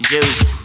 Juice